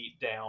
down